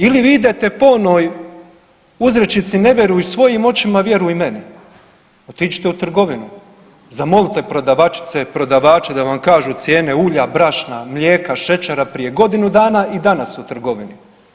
Ili vi idete po onoj uzrečici „ne vjeruj svojim očima, vjeruj meni“, otiđite u trgovinu, zamolite prodavačice, prodavače da vam kažu cijene ulja, brašna, mlijeka, šećera prije godinu dana i danas u trgovinama.